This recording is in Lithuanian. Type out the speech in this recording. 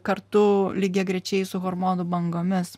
kartu lygiagrečiai su hormonų bangomis